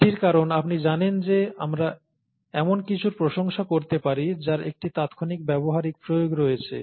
এটির কারণ আপনি জানেন যে আমরা এমন কিছুর প্রশংসা করতে পারি যার একটি তাত্ক্ষণিক ব্যবহারিক প্রয়োগ রয়েছে